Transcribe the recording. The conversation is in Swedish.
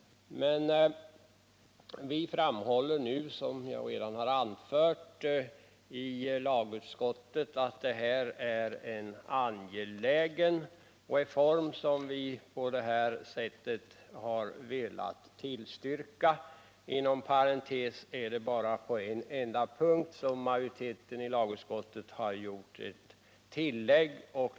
Men vi framhåller nu, som jag redan har anfört, i lagutskottet att det gäller en angelägen reform, och vi har velat tillstyrka den. Inom parentes vill jag nämna att det är bara på en enda punkt som majoriteten i lagutskottet har velat göra ett tillägg.